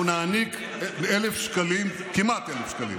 אנחנו נעניק כמעט 1,000 שקלים